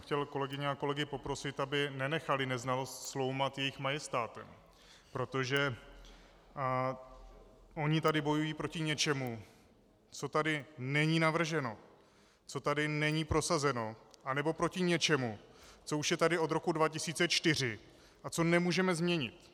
Chtěl jsem kolegyně a kolegy poprosit, aby nenechali neznalost cloumat jejich majestátem, protože oni tady bojují proti něčemu, co tady není navrženo, co tady není prosazeno, anebo proti něčemu, co už je tady od roku 2004 a co nemůžeme změnit.